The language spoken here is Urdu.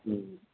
ہوں